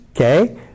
Okay